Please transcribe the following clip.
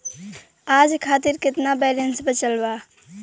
आज खातिर केतना बैलैंस बचल बा?